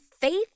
faith